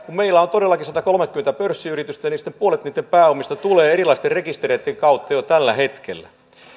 meillä on todellakin satakolmekymmentä pörssiyritystä ja puolet niitten pääomista tulee erilaisten rekistereitten kautta jo tällä hetkellä